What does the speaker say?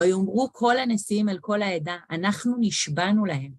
ויאמרו כל הנשיאים אל כל העדה, אנחנו נשבענו להם.